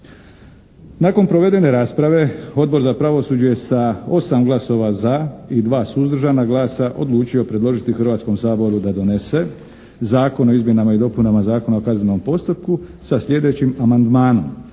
Nakon provedene rasprave Odbor za pravosuđe je sa 8 glasova za i 2 suzdržana glasa odlučio predložiti Hrvatskom saboru da donese Zakon o izmjenama i dopunama Zakona o kaznenom postupku sa sljedećim amandmanom,